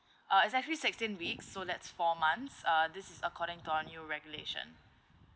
uh it's actually sixteen weeks so that's four months uh this is according to our new regulation